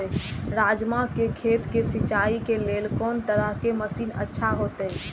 राजमा के खेत के सिंचाई के लेल कोन तरह के मशीन अच्छा होते?